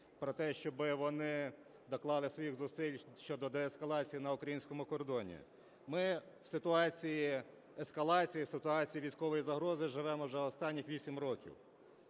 про те, щоб вони доклали своїх зусиль щодо деескалації на українському кордоні. Ми в ситуації ескалації, ситуації військової загрози живемо вже останні вісім років,